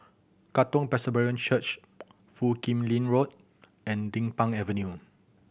Katong Presbyterian Church Foo Kim Lin Road and Din Pang Avenue